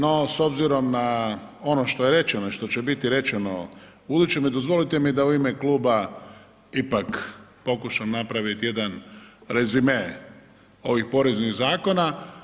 No s obzirom na ono što je rečeno i što će biti rečeno buduće, dozvolite mi da u ime kluba ipak pokušam napraviti jedan rezime ovih poreznih zakona.